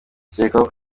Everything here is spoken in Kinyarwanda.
ukekwaho